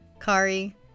Kari